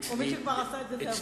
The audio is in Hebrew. או מי שכבר עשה את זה, זה אבוד לו?